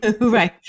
right